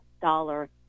dollar